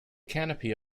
canopy